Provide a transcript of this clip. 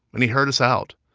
and he heard us out.